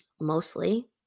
mostly